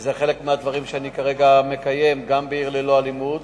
וזה חלק מהדברים שאני כרגע מקיים גם ב"עיר ללא אלימות",